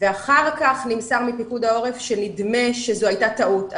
ואחר כך נמסר מפיקוד העורף שנדמה שזו הייתה טעות,